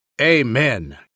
Amen